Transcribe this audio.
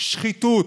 שחיתות.